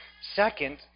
Second